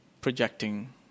projecting